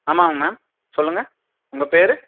ஆமாங்க மேம் சொல்லுங்கள் உங்கள் பேர்